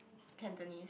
Cantonese